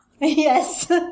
Yes